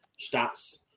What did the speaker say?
stats